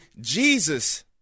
Jesus